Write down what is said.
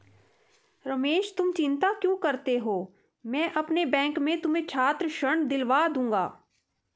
रमेश तुम चिंता क्यों करते हो मैं अपने बैंक से तुम्हें छात्र ऋण दिलवा दूंगा